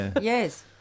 Yes